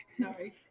Sorry